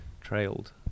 trailed